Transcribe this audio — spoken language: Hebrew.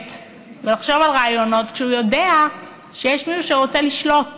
ולחשוב על רעיונות כשהוא יודע שיש מישהו שרוצה לשלוט,